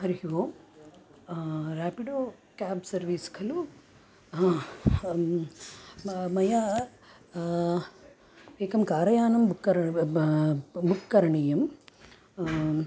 हरिः ओं Rapido cab service खलु म मया एकं कार यानं बुक्कर ब बुक् करणीयं